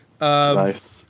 Nice